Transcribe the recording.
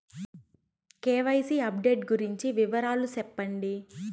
KYC update గురించి వివరాలు సెప్పండి?